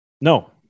No